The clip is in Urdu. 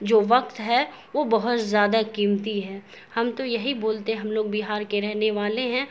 جو وقت ہے وہ بہت زیادہ قیمتی ہے ہم تو یہی بولتے ہم لوگ بہار کے رہنے والے ہیں